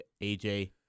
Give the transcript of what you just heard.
AJ